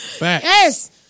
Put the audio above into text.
Yes